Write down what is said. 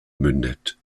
mündet